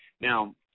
Now